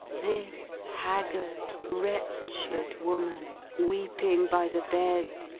this haggard, wretched woman, weeping by the bed,